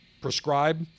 prescribe